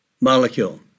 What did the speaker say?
molecule